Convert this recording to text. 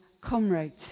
comrades